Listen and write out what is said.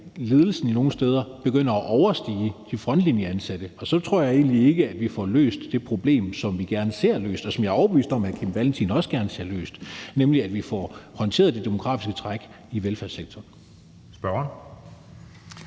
at ledelsen nogle steder begynder at overstige antallet af frontlinjeansatte. Så tror jeg egentlig ikke, at vi får løst det problem, som vi gerne ser løst, og som jeg er overbevist om at hr. Kim Valentin også gerne ser løst, nemlig at vi får håndteret det demografiske træk i velfærdssektoren. Kl.